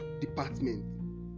department